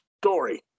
story